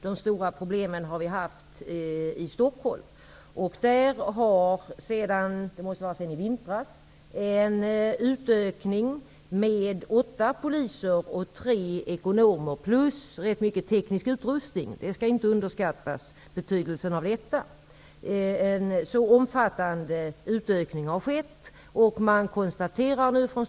De stora problemen har vi haft i Stockholm. Sedan i vintras har där skett en utökning med åtta poliser och tre ekonomer. Dessutom har den tekniska utrustningen kraftigt utökats. Betydelsen av det senare skall inte underskattas. Det har alltså skett en omfattande utökning.